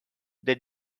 they